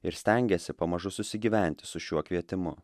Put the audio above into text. ir stengėsi pamažu susigyventi su šiuo kvietimu